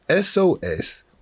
SOS